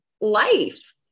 life